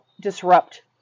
disrupt